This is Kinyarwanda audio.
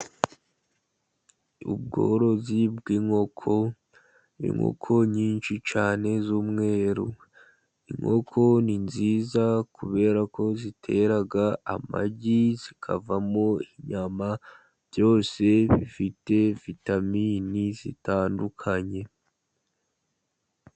Ubworozi bw'inkoko. Inkoko nyinshi cyane z'umweru. Inkoko ni nziza kubera ko zitera amagi, zikavamo inyama byose bifite vitamini zitandukanye.